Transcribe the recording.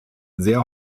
sehr